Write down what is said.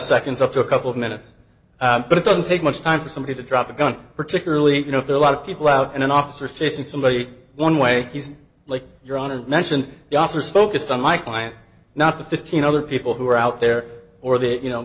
seconds up to a couple of minutes but it doesn't take much time for somebody to drop a gun particularly you know there are a lot of people out in an officer chasing somebody one way he's like you're on to mention the officers focused on my client not the fifteen other people who are out there or that you know